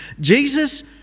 jesus